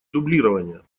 дублирования